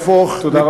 יהפוך, תודה רבה.